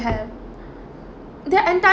have their enti~